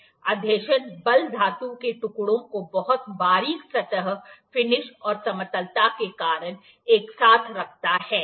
अधेशन बल धातु के टुकड़ों को बहुत बारिख सतह फिनिश और समतलता के कारण एक साथ रखता है ठीक है